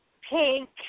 pink